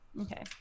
Okay